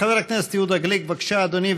חבר הכנסת יהודה גליק, בבקשה, אדוני.